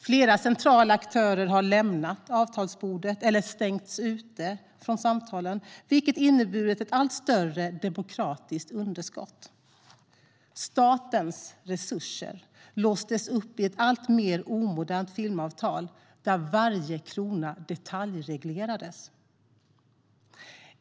Flera centrala aktörer har lämnat avtalsbordet eller stängts ute från samtalen, vilket inneburit ett allt större demokratiskt underskott. Statens resurser låstes upp i ett alltmer omodernt filmavtal där varje krona detaljreglerades.